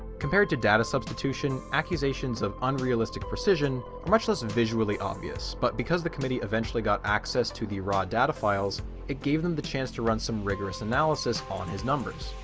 compared to data substitution, accusations of unrealistic precision are much less visually obvious, but because the committee eventually got access to the raw data files it gave them the chance to run some rigorous analysis on his numbers.